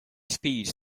speeds